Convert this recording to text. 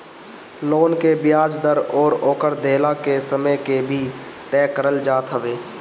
loan के बियाज दर अउरी ओकर देहला के समय के भी तय करल जात हवे